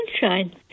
sunshine